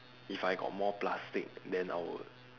if I got more plastic then I would